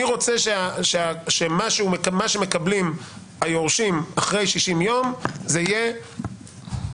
אני רוצה שמה שמקבלים היורשים אחרי 60 יום זה עותק